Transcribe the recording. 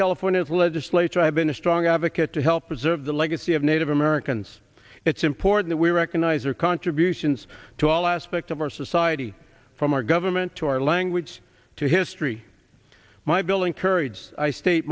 california the legislature i have been a strong advocate to help preserve the legacy of native americans it's important we recognize their contributions to all aspects of our society from our government to our language to history my billing courages i state